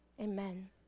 amen